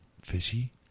fishy